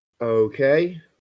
Okay